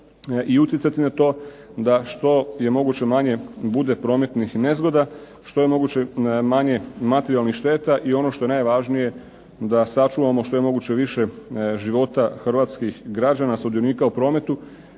i utjecati na to da što je moguće manje bude prometnih nezgoda, što je moguće manje materijalnih šteta i ono što je najvažnije, da sačuvamo što je moguće više života hrvatskih građana sudionika u prometu